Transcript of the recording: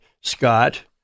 Scott